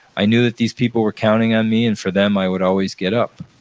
i knew that these people were counting on me and for them, i would always get up.